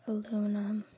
Aluminum